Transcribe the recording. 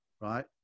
right